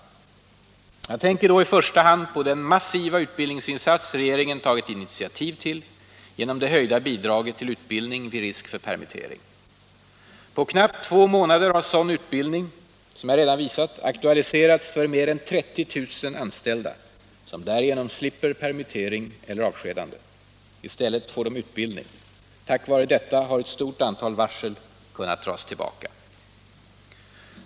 Jag tänker då i första hand på den massiva utbildningsinsats regeringen tagit initiativ till genom det höjda bidraget till utbildning vid risk för permittering. På knappt två månader har sådan utbildning, som jag redan visat, aktualiserats för närmare 30 000 anställda, som därigenom slipper permittering eller avskedande. I stället får de utbildning. Tack vare detta har ett stort antal varsel kunnat dras tillbaka.